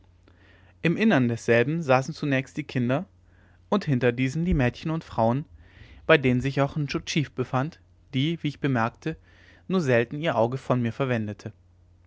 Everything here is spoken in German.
im innern desselben saßen zunächst die kinder und hinter diesen die mädchen und frauen bei denen sich auch nscho tschi befand die wie ich bemerkte nur selten ihr auge von mir verwendete